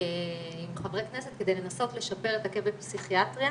ועם חברי כנסת כדי לנסות לשפר את הקאפ בפסיכיאטריה